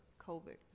COVID